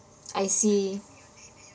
I see